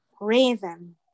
Raven